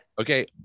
Okay